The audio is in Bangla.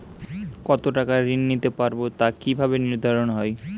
কতো টাকা ঋণ নিতে পারবো তা কি ভাবে নির্ধারণ হয়?